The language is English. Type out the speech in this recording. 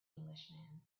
englishman